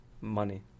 money